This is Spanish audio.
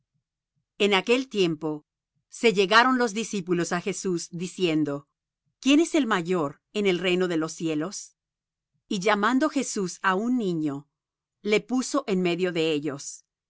en aquel tiempo se llegaron los discípulos á jesús diciendo quién es el mayor en el reino de los cielos y llamando jesús á un niño le puso en medio de ellos